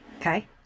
Okay